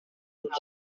giti